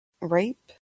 rape